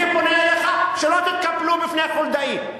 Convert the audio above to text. אני פונה אליך שלא תתקפלו בפני חולדאי,